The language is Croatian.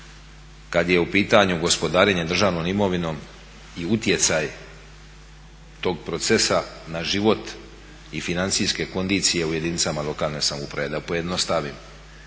kada je u pitanju gospodarenje državnom imovinom i utjecaj tog procesa na život i financijske kondicije u jedinicama lokalne samouprave. Da pojednostavim,